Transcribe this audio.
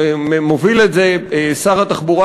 מוביל את זה שר התחבורה,